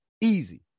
easy